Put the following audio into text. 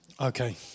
okay